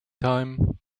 time